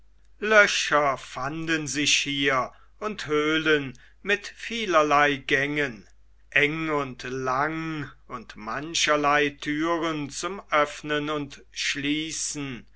löcher fanden sich hier und höhlen mit vielerlei gängen eng und lang und mancherlei türen zum öffnen und schließen